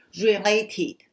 related